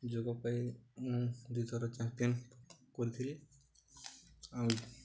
ଯୋଗ ପାଇଁ ମୁଁ ଦୁଇଥର ଚମ୍ପିଅନ କରିଥିଲି ଆଉ